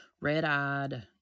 red-eyed